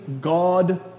God